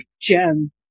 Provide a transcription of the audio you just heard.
gem